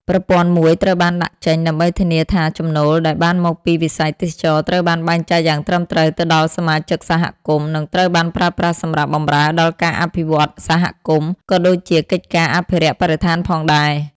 ប្រព័ន្ធមួយត្រូវបានដាក់ចេញដើម្បីធានាថាចំណូលដែលបានមកពីវិស័យទេសចរណ៍ត្រូវបានបែងចែកយ៉ាងត្រឹមត្រូវទៅដល់សមាជិកសហគមន៍ និងត្រូវបានប្រើប្រាស់សម្រាប់បម្រើដល់ការអភិវឌ្ឍសហគមន៍ ក៏ដូចជាកិច្ចការអភិរក្សបរិស្ថានផងដែរ។